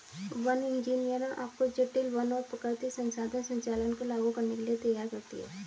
one इंजीनियरिंग आपको जटिल वन और प्राकृतिक संसाधन संचालन को लागू करने के लिए तैयार करती है